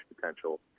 potential